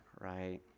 right